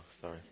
Sorry